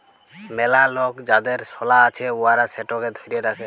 ম্যালা লক যাদের সলা আছে উয়ারা সেটকে ধ্যইরে রাখে